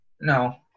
No